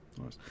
Nice